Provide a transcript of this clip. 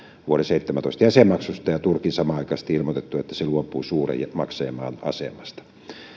vuoden seitsemäntoista jäsenmaksusta ja turkin samanaikaisesti ilmoitettua että se luopuu suuren maksajamaan asemasta